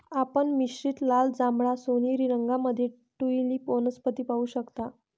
आपण मिश्रित लाल, जांभळा, सोनेरी रंगांमध्ये ट्यूलिप वनस्पती पाहू शकता